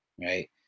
right